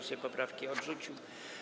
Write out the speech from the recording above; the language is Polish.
Sejm poprawki odrzucił.